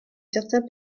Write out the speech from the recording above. certains